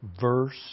verse